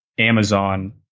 Amazon